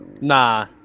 Nah